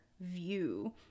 view